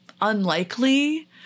unlikely